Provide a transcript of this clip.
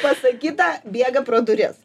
pasakyta bėga pro duris